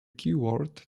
keyword